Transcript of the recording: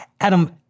Adam